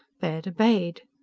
baird obeyed.